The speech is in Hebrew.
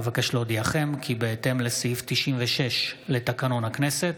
אבקש להודיעכם כי בהתאם לסעיף 96 לתקנון הכנסת,